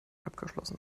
abgeschlossen